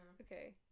Okay